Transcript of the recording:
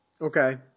Okay